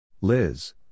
Liz